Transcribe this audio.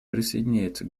присоединяется